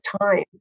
time